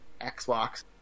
Xbox